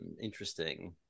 Interesting